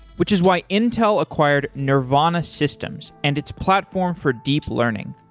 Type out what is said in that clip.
which is why intel acquired nervana systems and its platform for deep learning.